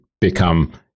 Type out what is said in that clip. become